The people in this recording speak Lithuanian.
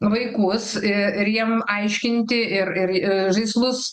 vaikus ir jiem aiškinti ir ir žaislus